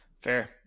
Fair